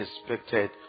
expected